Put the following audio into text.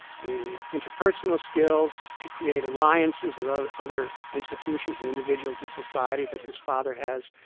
the interpersonal skills to create alliances with other other institutions and individuals in society that his father has?